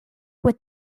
with